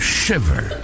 shiver